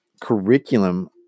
curriculum